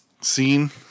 scene